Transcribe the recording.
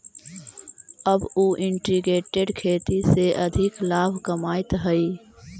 अब उ इंटीग्रेटेड खेती से अधिक लाभ कमाइत हइ